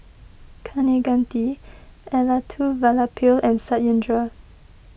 Kaneganti Elattuvalapil and Satyendra